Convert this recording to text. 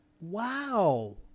Wow